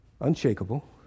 unshakable